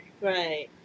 right